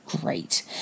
great